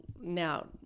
now